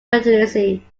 constituency